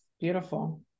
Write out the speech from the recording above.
beautiful